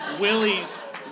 willie's